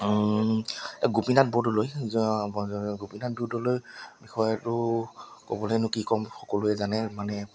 গোপীনাথ বৰদলৈ গোপীনাথ বৰদলৈ বিষয়েতো ক'বলৈনো কি ক'ম সকলোৱে জানে মানে